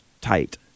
tight